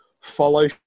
follow